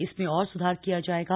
इसमें और सुधार किया जाएगा